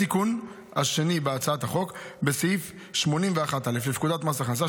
התיקון השני בהצעת החוק בסעיף 81א לפקודת מס הכנסה,